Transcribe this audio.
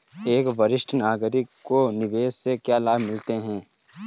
एक वरिष्ठ नागरिक को निवेश से क्या लाभ मिलते हैं?